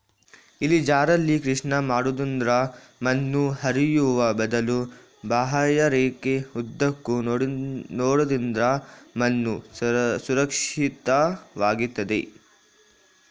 ಇಳಿಜಾರಲ್ಲಿ ಕೃಷಿ ಮಾಡೋದ್ರಿಂದ ಮಣ್ಣು ಹರಿಯುವ ಬದಲು ಬಾಹ್ಯರೇಖೆ ಉದ್ದಕ್ಕೂ ನೆಡೋದ್ರಿಂದ ಮಣ್ಣು ಸುರಕ್ಷಿತ ವಾಗಿರ್ತದೆ